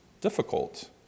difficult